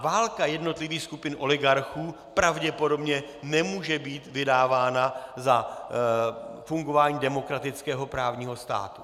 Válka jednotlivých skupin oligarchů pravděpodobně nemůže být vydávána za fungování demokratického právního státu.